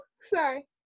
Sorry